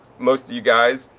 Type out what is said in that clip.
most of you guys.